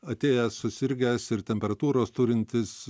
atėjęs susirgęs ir temperatūros turintis